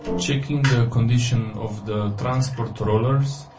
checking the condition of the transport rollers.